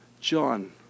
John